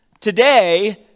today